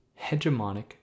hegemonic